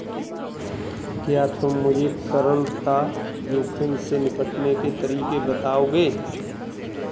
क्या तुम मुझे तरलता जोखिम से निपटने के तरीके बताओगे?